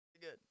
Good